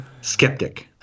skeptic